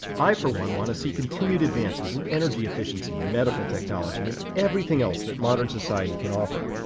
i, for one, want to see continued advances in energy efficiency, medical technology, and everything else that modern society can offer.